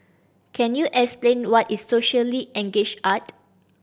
can you explain what is socially engaged art